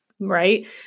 right